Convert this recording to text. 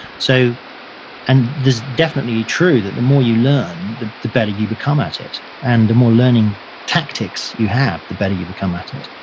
so and there's definitely true that more you learn the the better you become at it and the more learning tactics you have the better you become at it.